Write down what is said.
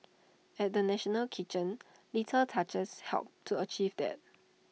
at the national kitchen little touches helped to achieve that